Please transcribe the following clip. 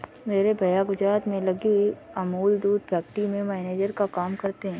मेरे भैया गुजरात में लगी हुई अमूल दूध फैक्ट्री में मैनेजर का काम करते हैं